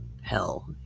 hell